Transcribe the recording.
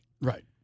Right